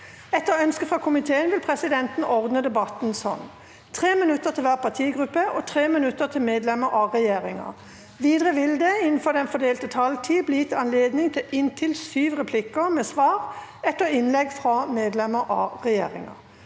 og sosialkomiteen vil presidenten ordne debatten slik: 3 minutter til hver partigruppe og 3 minutter til medlemmer av regjeringen. Videre vil det – innenfor den fordelte taletid – bli gitt anledning til inntil seks replikker med svar etter innlegg fra medlemmer av regjeringen,